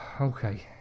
okay